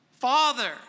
Father